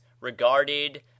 regarded